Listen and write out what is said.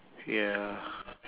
ya